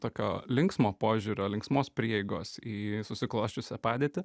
tokio linksmo požiūrio linksmos prieigos į susiklosčiusią padėtį